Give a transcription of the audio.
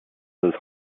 those